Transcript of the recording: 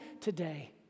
today